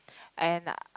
and